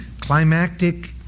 Climactic